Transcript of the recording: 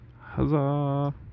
Huzzah